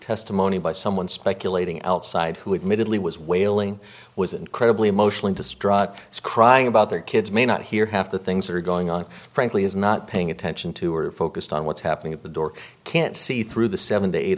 testimony by someone speculating outside who admittedly was wailing was incredibly emotionally distraught crying about their kids may not hear half the things are going on frankly is not paying attention to or focused on what's happening at the door can't see through the seventy eight